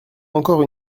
encore